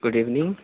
good evening